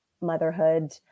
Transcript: motherhood